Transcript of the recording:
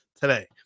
today